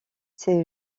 ces